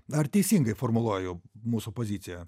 ar teisingai formuluoju mūsų poziciją